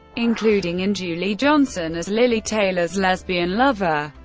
including in julie johnson as lili taylor's lesbian lover,